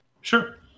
Sure